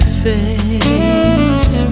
face